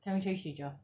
can we change teacher